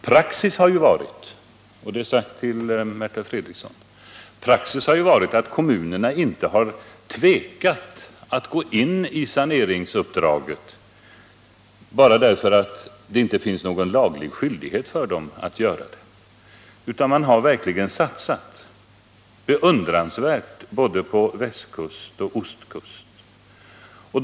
Praxis har varit — och detta sagt till Märta Fredrikson — att kommunerna inte har tvekat att ta itu med sanering trots att de inte har någon laglig skyldighet att göra det. De har verkligen satsat beundransvärt både på västkusten och på ostkusten.